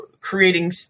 creating